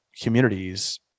communities